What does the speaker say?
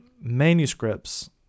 manuscripts